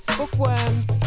bookworms